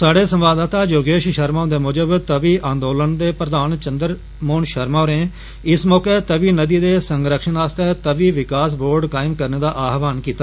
साहडे संवाददाता योगेश शर्मा हुन्द मुजब तवी आंदोलन दे प्रधान चन्द्र मोहन शर्मा होरें इस मौके तवी नदी दे संरक्षण आस्तै तवी विकास बोर्ड कायम करने दा आह्वान कीता